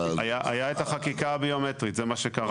הייתה החקיקה הביומטרית, זה מה שקרה.